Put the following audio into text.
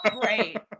great